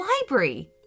library